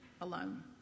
alone